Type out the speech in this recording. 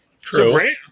True